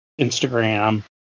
Instagram